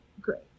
great